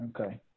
Okay